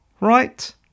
right